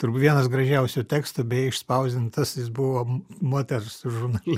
turbūt vienas gražiausių tekstų beje išspausdintas jis buvo moters žurnale